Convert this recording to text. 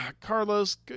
Carlos